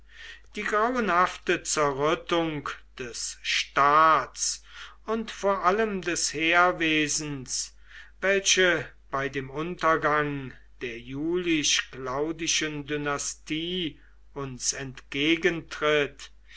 die grauenhafte zerrüttung des staats und vor allem des heerwesens welche bei dem untergang der julisch claudischen dynastie uns entgegentritt